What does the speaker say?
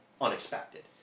unexpected